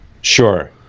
Sure